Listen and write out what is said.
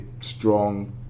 strong